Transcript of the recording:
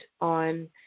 on